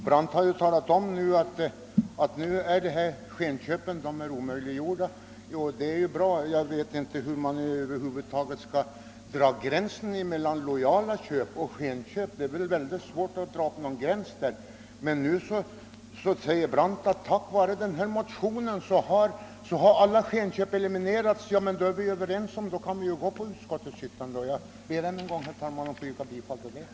Herr talman! Nu har ju herr Brandt talat om att skenköpen omöjliggjorts och det är bra, men jag vet inte hur man över huvud taget skall kunna dra gränsen mellan legala köp och skenköp. Herr Brandt sade emellertid att alla skenköp omöjliggjorts tack vare motionen, och då är vi ju överens och kan yrka bifall till reservationens hemställan. Jag ber, herr talman, att ännu en gång få yrka bifall till reservationen 10.